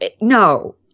No